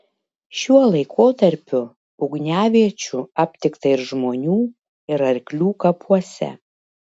šiuo laikotarpiu ugniaviečių aptikta ir žmonių ir arklių kapuose